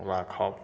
राखब